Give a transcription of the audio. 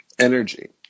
energy